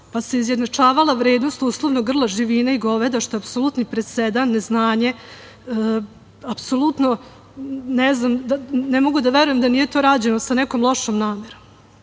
pa se izjednačavala vrednost grla živine i goveda, što je apsolutni presedan, neznanje. Ne mogu da verujem da nije to rađeno sa nekom lošom namerom. Danas